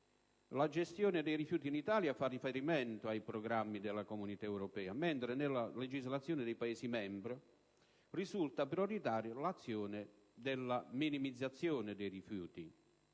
la gestione dei rifiuti in Italia fa riferimento ai programmi della Comunità europea, mentre nella legislazione dei Paesi membri risulta prioritaria l'azione della minimizzazione dei rifiuti